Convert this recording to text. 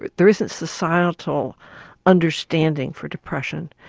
there isn't societal understanding for depression.